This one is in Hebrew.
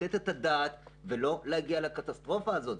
לתת את הדעת ולא להגיע לקטסטרופה הזאת.